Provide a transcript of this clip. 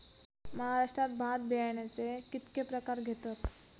महाराष्ट्रात भात बियाण्याचे कीतके प्रकार घेतत?